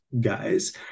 guys